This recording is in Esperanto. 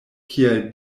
kial